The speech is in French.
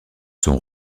sont